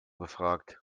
gefragt